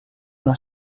una